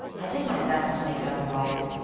i did my best to make it otherwise.